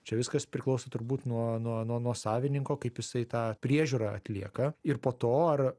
čia viskas priklauso turbūt nuo nuo nuo savininko kaip jisai tą priežiūrą atlieka ir po to ar